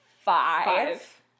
Five